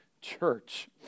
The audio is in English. church